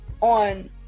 on